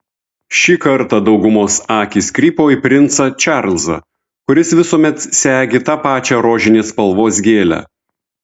šį kartą daugumos akys krypo į princą čarlzą kuris visuomet segi tą pačią rožinės spalvos gėlę